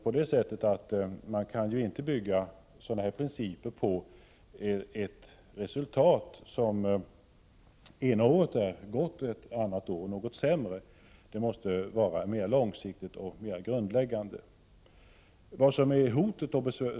Sådana här principer kan inte byggas på ett resultat, som det ena året är gott och det andra året något sämre, utan det måste vara ett mer långsiktigt och grundläggande underlag.